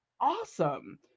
awesome